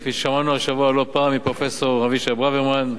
כפי ששמענו השבוע לא פעם מפרופסור אבישי ברוורמן.